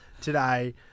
today